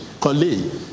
colleague